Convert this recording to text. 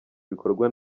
ibikorwa